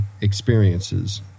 experiences